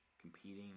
competing